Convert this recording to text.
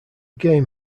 game